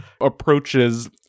approaches